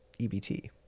EBT